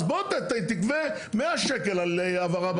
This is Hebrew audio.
אז בוא, תגבה 100 שקלים על העברה בנקאית.